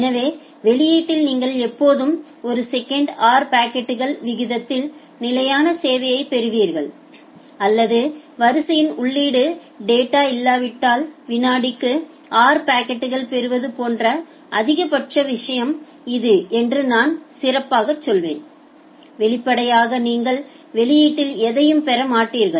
எனவே வெளியீட்டில் நீங்கள் எப்போதும் ஒரு செகண்ட்க்கு r பாக்கெட்கள் விகிதத்தில் நிலையான சேவையைப் பெறுவீர்கள் அல்லது வரிசையில் உள்ளீட்டு டேட்டா இல்லாவிட்டால் வினாடிக்கு r பாக்கெட்கள் பெறுவது போன்ற அதிகபட்ச விஷயம் இது என்று நான் சிறப்பாகச் சொல்வேன் வெளிப்படையாக நீங்கள் வெளியீட்டில் எதையும் பெற மாட்டீர்கள்